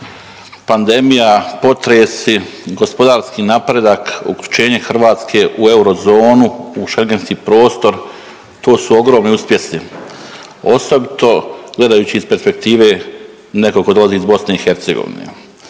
pandemija, potresi, gospodarski napredak, uključenje Hrvatske u eurozonu, u schengentski prostor, to su ogromni uspjesi osobito gledajući iz perspektive nekog ko dolazi iz BiH.